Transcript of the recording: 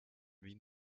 wien